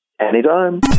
Anytime